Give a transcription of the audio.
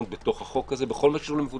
להיות בתוך החוק הזה בכל הקשור למבודדים.